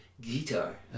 guitar